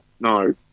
No